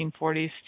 1940s